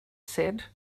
said